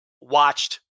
watched